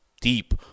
deep